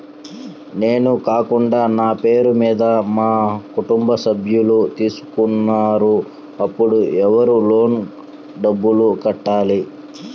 నేను కాకుండా నా పేరు మీద మా కుటుంబ సభ్యులు తీసుకున్నారు అప్పుడు ఎవరు లోన్ డబ్బులు కట్టాలి?